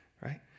right